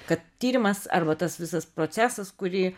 kad tyrimas arba tas visas procesas kurį